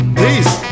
Please